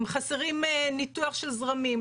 הם חסרים ניתוח של זרמים,